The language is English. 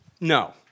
No